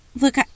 look